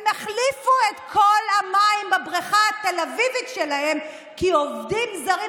הם החליפו את כל המים בבריכה התל אביבית שלהם כי עובדים זרים,